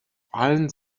allen